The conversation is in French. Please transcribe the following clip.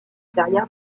carrière